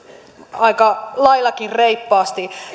aika laillakin reippaasti